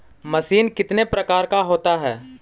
Machine कितने प्रकार का होता है?